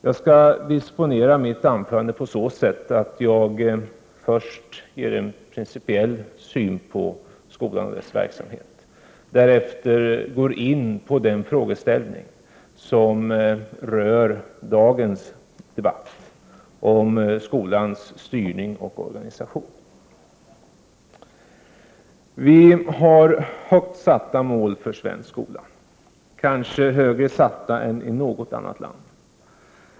Jag skall disponera mitt anförande på så sätt att jag först ger en principiell syn på skolan och dess verksamhet. Därefter går jag in på den frågeställning som rör dagens debatt — skolans styrning och organisation. Vi har högt satta mål för svensk skola, kanske högre satta än i något annat land.